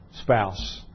spouse